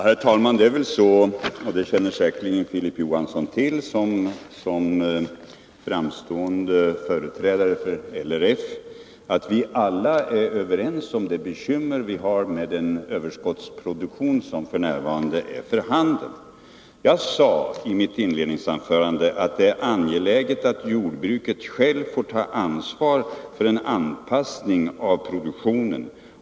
Herr talman! Vi är alla överens om vilka bekymmer det f. n. finns med överskottsproduktionen — det känner Filip Johansson som framstående företrädare för LRF till. Jag sade i mitt inledningsanförande att det är angeläget att jordbruket självt får ta ansvaret för en anpassning av produktionen.